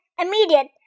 immediate